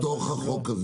חייבים בחוק הזה,